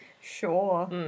Sure